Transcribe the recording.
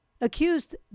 accused